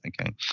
Okay